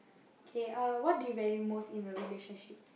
K uh what do you value most in a relationship